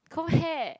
comb hair